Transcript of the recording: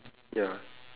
ya